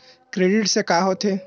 Credit से का होथे?